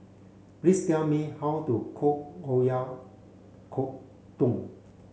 please tell me how to cook Oyakodon